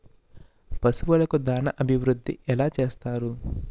పశువులకు దాన అభివృద్ధి ఎలా చేస్తారు?